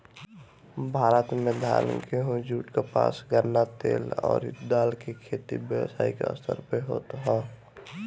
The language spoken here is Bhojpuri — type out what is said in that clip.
भारत में धान, गेंहू, जुट, कपास, गन्ना, तेल अउरी दाल के खेती व्यावसायिक स्तर पे होत ह